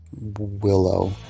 Willow